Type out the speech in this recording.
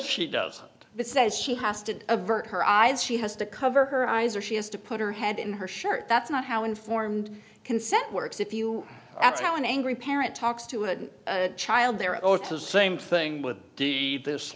she does but says she has to avert her eyes she has to cover her eyes or she has to put her head in her shirt that's not how informed consent works if you that's how an angry parent talks to a child there or to the same thing with th